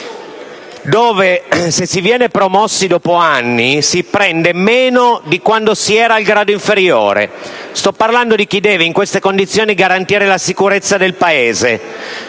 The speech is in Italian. dove, se si viene promossi dopo anni, si prende meno di quando si era al grado inferiore. Sto parlando di chi, in queste condizioni, deve garantire la sicurezza del Paese,